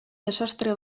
desastre